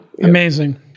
Amazing